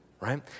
right